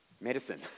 medicine